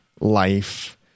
life